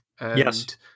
Yes